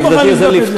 אני מוכן לבדוק את זה.